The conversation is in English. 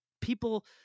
people